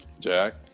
jack